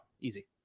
Easy